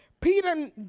peter